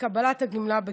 לקבלת הגמלה בכסף.